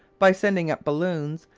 by sending up balloons,